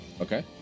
Okay